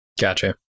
Gotcha